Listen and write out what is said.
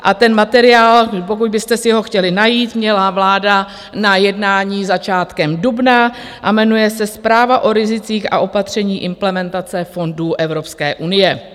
A ten materiál, pokud byste si ho chtěli najít, měla vláda na jednání začátkem dubna a jmenuje se Zpráva o rizicích a opatření implementace fondů Evropské unie.